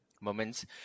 Moments